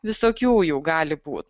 visokių jų gali būt